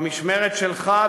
במשמרת שלך,